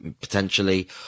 potentially